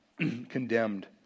Condemned